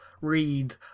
read